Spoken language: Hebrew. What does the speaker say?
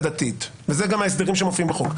ואלה גם ההסדרים שמופיעים בחוק.